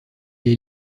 est